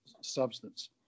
substance